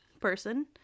person